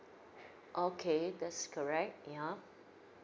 okay that's correct yeah